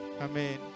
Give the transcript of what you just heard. amen